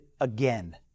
again